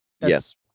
Yes